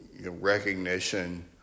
recognition